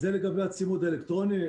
לגבי הצימוד האלקטרוני.